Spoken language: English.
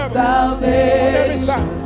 salvation